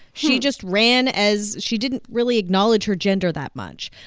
she just ran as she didn't really acknowledge her gender that much.